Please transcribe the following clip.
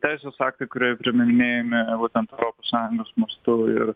teisės aktai kurie priiminėjami būtent europos sąjungos mąstu ir